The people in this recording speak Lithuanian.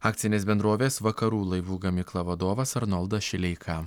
akcinės bendrovės vakarų laivų gamykla vadovas arnoldas šileika